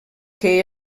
que